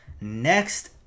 Next